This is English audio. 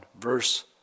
verse